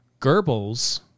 Goebbels